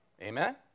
Amen